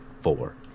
four